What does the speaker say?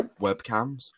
webcams